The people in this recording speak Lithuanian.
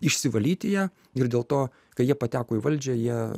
išsivalyti ją ir dėl to kai jie pateko į valdžią jie